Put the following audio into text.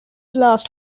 last